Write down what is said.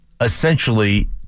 essentially